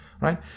right